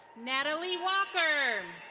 natalie walker.